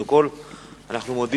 הותקף אזרח באלה על-ידי שוטר בדרכו לביתו.